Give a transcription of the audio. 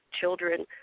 children